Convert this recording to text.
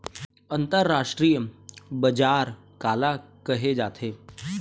अंतरराष्ट्रीय बजार काला कहे जाथे?